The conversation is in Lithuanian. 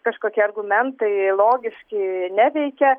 kažkokie argumentai logiški neveikia